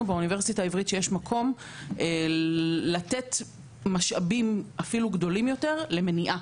באוניברסיטה העברית שיש מקום לתת משאבים אפילו גדולים יותר למניעה